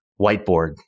whiteboard